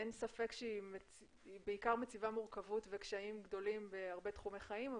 אין ספק שהיא בעיקר מציבה מורכבות וקשיים גדולים בהרבה תחומי חיים,